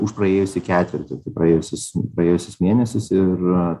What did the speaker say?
už praėjusį ketvirtį tai praėjusius praėjusius mėnesius ir